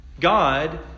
God